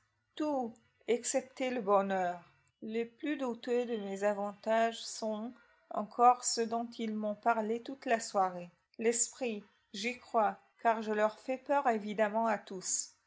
tout excepté le bonheur les plus douteux de mes avantages sont encore ceux dont ils m'ont parlé toute la soirée l'esprit j'y crois car je leur fais peur évidemment à tous